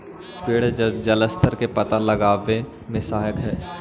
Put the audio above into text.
पेड़ जलस्तर के पता लगावे में सहायक हई